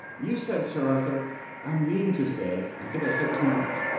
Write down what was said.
you said, sir arthur i mean to say, i think i said too much.